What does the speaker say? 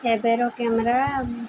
ଏବେର କ୍ୟାମେରା